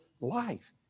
life